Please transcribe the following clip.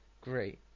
Great